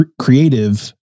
creative